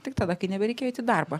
tik tada kai nebereikėjo eit į darbą